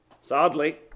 Sadly